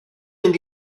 mynd